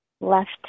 left